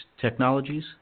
technologies